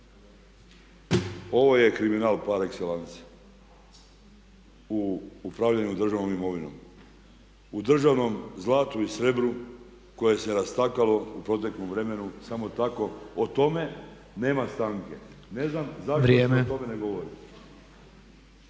Ovo je kriminal par excellence u upravljanju državnom imovinom. U državnom zlatu i srebru koje se rastakalo u proteklom vremenu samo tako o tome, nema stanke, ne znam zašto se o tome ne govori.